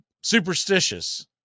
superstitious